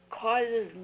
causes